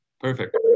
Perfect